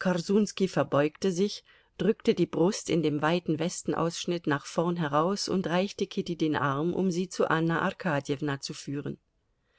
korsunski verbeugte sich drückte die brust in dem weiten westenausschnitt nach vorn heraus und reichte kitty den arm um sie zu anna arkadjewna zu führen